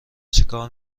چیکار